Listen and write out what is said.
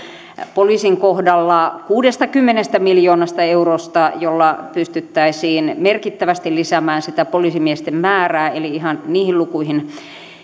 poliisin kohdalla kuudestakymmenestä miljoonasta eurosta jolla pystyttäisiin merkittävästi lisäämään sitä poliisimiesten määrää eli ihan niihin lukuihin